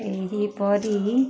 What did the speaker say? ଏହିପରି